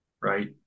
right